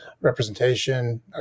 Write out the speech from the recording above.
representation